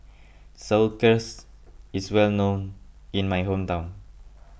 Sauerkraut is well known in my hometown